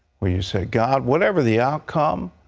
where you say, god, whatever the outcome,